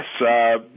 yes